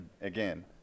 again